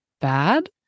bad